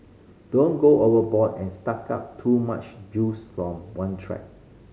don't go overboard and suck up too much juice from one track